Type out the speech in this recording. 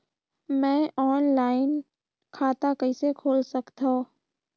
मैं ऑनलाइन खाता कइसे खोल सकथव?